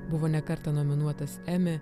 buvo ne kartą nominuotas emmy